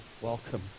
welcome